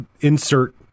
insert